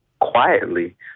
quietly